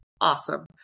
Awesome